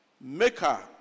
maker